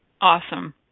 Awesome